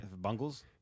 Bungles